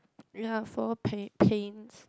ya four paint paints